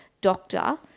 doctor